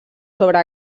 sobre